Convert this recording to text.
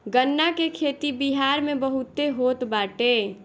गन्ना के खेती बिहार में बहुते होत बाटे